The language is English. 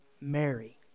Mary